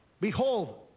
Behold